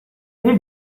they